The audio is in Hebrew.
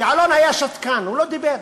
יעלון היה שתקן, הוא לא דיבר.